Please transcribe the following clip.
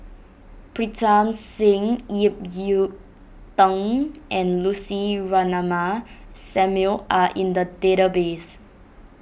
Pritam Singh Ip Yiu Tung and Lucy Ratnammah Samuel are in the database